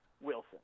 Wilson